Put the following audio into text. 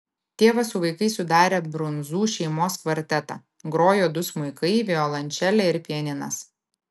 tėvas su vaikais sudarė brundzų šeimos kvartetą grojo du smuikai violončelė ir pianinas